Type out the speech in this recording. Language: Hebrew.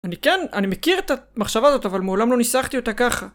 אני כן, אני מכיר את המחשבה הזאת, אבל מעולם לא ניסחתי אותה ככה.